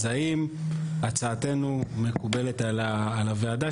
אז האם הצעתנו מקובלת על הוועדה,